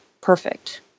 perfect